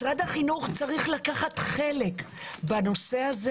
משרד החינוך צריך לקחת חלק בנושא הזה